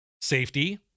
safety